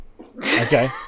Okay